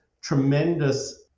tremendous